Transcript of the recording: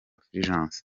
fulgence